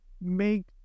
make